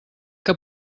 que